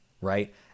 Right